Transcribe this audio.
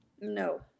No